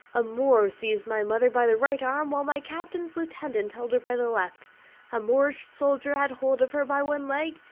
a moor seized my mother by the right arm, while my captain's lieutenant held her by the left a moorish soldier had hold of her by one leg,